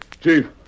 Chief